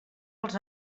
els